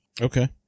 Okay